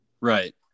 Right